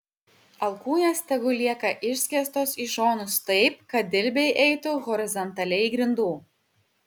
alkūnės tegul lieka išskėstos į šonus taip kad dilbiai eitų horizontaliai grindų